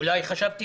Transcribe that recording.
אולי חשבתי